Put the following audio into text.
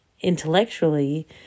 intellectually